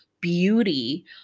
beauty